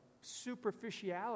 superficiality